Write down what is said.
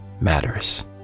matters